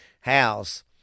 house